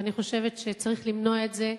ואני חושבת שצריך למנוע את זה.